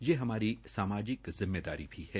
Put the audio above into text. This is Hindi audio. यह हमारी सामाजिक जिम्मेदारी भी है